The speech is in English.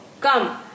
come